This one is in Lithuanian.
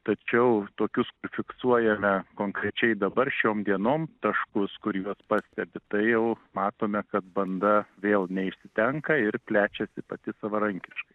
tačiau tokius fiksuojame konkrečiai dabar šiom dienom taškus kur juos pastebi tai jau matome kad banda vėl neišsitenka ir plečiasi pati savarankiškai